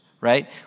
right